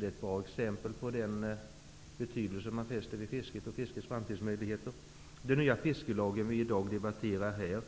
Det är ett bra exempel på den betydelse som man fäster vid fisket och dess framtidsmöjligheter. Den nya fiskelag vi i dag debatterar,